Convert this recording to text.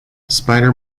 spider